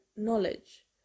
knowledge